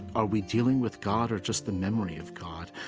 are we dealing with god or just the memory of god?